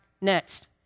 next